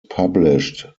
published